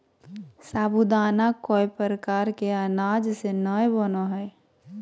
साबूदाना कोय प्रकार के अनाज से नय बनय हइ